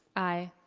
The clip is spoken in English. aye.